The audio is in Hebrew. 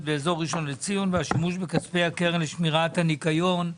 באזור ראשון לציון והשימוש בכספי הקרן לשמירת הניקיון.